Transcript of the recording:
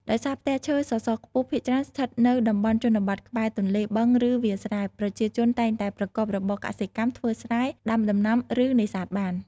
ដោយសារផ្ទះឈើសសរខ្ពស់ភាគច្រើនស្ថិតនៅតំបន់ជនបទក្បែរទន្លេ បឹង ឬវាលស្រែ ប្រជាជនតែងតែប្រកបរបរ កសិកម្ម ធ្វើស្រែ ដាំដំណាំ ឬ នេសាទបាន ។